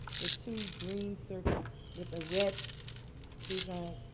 the two green circle with the red design?